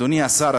אדוני השר,